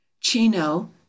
Chino